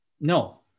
No